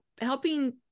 helping